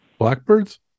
Blackbirds